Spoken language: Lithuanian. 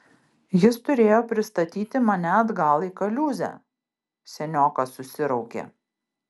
jis turėjo pristatyti mane atgal į kaliūzę seniokas susiraukė